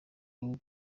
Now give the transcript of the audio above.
urinda